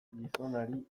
gizonari